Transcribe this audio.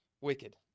wicked